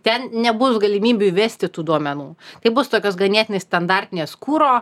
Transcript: ten nebus galimybių įvesti tų duomenų tai bus tokios ganėtinai standartinės kuro